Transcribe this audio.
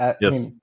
Yes